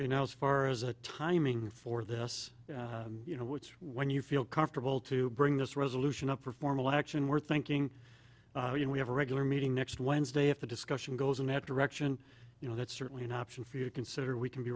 you know as far as a timing for this you know it's when you feel comfortable to bring this resolution up for formal action we're thinking you know we have a regular meeting next wednesday if the discussion goes in that direction you know that's certainly an option for you consider we can be